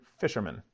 fisherman